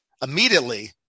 Immediately